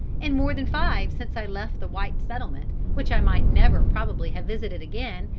and more than five since i left the whites' settlement, which i might never probably have visited again,